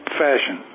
fashion